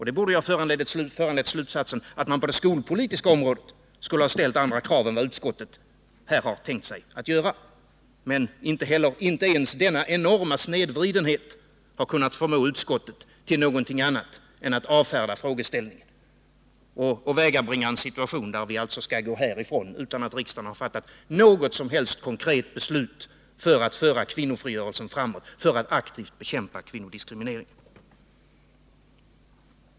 Det borde ha föranlett slutsatsen att man på det skolpolitiska området skulle ha ställt andra krav än vad utskottet här har tänkt sig att göra. Men inte ens den enorma snedvridenheten har kunnat förmå utskottet till något annat än att avfärda frågeställningen och åvägabringa en situation där vi alltså skall gå härifrån utan att riksdagen har fattat något som helst konkret beslut för att föra kvinnofrigörelsen framåt, för att aktivt bekämpa kvinnodiskrimineringen.